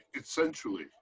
essentially